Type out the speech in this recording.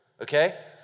Okay